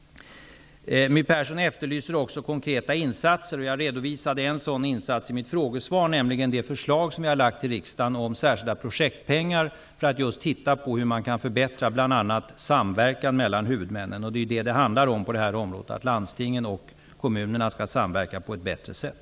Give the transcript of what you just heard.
My Persson efterlyser också konkreta insatser. Jag redovisade en sådan insats i mitt frågesvar, nämligen det förslag som vi har förelagt riksdagen om särskilda projektpengar för att se hur man kan förbättra bl.a. samarbetet mellan huvudmännen. Vad det handlar om på detta område är ju att landstingen och kommunerna skall samverka på ett bättre sätt.